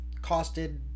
costed